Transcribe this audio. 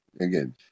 Again